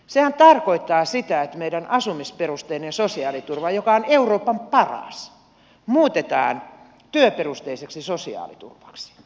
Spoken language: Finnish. sehän tarkoittaa sitä että meidän asumisperusteinen sosiaaliturva joka on euroopan paras muutetaan työperusteiseksi sosiaaliturvaksi